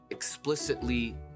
explicitly